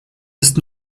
ist